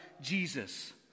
jesus